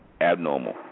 abnormal